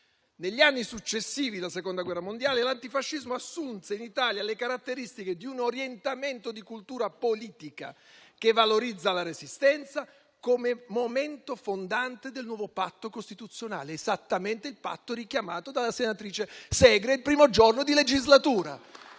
Negli anni successivi alla Seconda guerra mondiale, l'antifascismo assunse in Italia le caratteristiche di un orientamento di cultura politica, che valorizza la Resistenza come momento fondante del nuovo patto costituzionale, esattamente il patto richiamato dalla senatrice Segre il primo giorno di legislatura